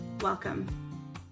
Welcome